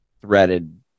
threaded